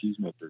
cheesemakers